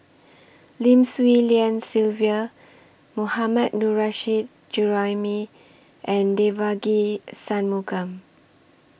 Lim Swee Lian Sylvia Mohammad Nurrasyid Juraimi and Devagi Sanmugam